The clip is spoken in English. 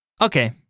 Okay